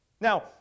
Now